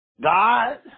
God